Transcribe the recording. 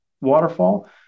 waterfall